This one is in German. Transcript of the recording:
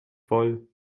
voll